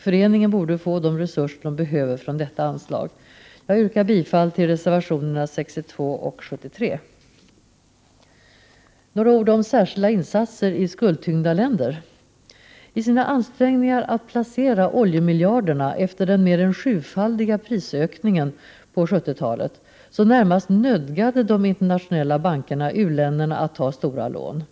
Föreningen borde få de resurser den behöver från detta anslag. Jag yrkar bifall till reservationerna 62 och 73. Låt mig säga några ord om särskilda insatser i skuldtyngda länder. I sina ansträngningar att placera oljemiljarderna efter den mer än sjufaldiga prisökningen på 70-talet närmast nödgade de internationella bankerna u-länderna att ta stora lån. På s.